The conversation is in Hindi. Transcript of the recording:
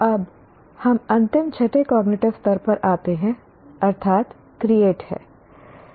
अब हम अंतिम छठे कॉग्निटिव स्तर पर आते हैं अर्थात् क्रिएट हैं